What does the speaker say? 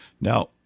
Now